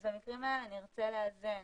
את המקרים האלה נרצה לאזן.